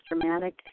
dramatic